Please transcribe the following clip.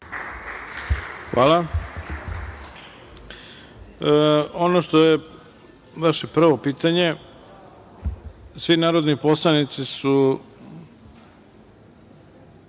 Hvala. Ono što je vaše prvo pitanje, svi narodni poslanici su,